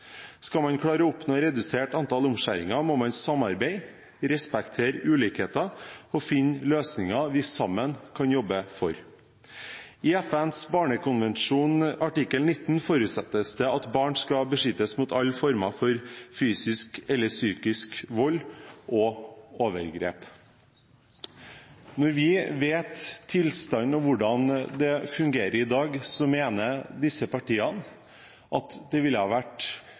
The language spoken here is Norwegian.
Skal man klare å oppnå et redusert antall omskjæringer, må man samarbeide, respektere ulikheter og finne løsninger vi sammen kan jobbe for. I FNs barnekonvensjon artikkel 19 forutsettes det at barn skal beskyttes mot alle former for fysisk eller psykisk vold og overgrep. Når vi kjenner til tilstanden og hvordan dette fungerer i dag, så mener disse partiene at det ville vært